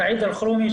סעיד אלחרומי,